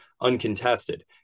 uncontested